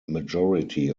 majority